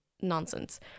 nonsense